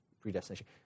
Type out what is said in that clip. predestination